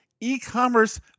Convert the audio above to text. e-commerce